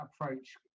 approach